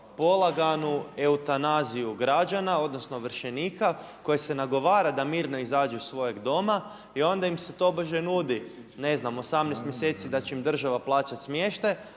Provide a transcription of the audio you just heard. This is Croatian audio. polaganu eutanaziju građana odnosno ovršenika koje se nagovara da mirno izađu iz svog doma i onda im se tobože nudi, ne znam, 18 mjeseci da će im država plaćati smještaj,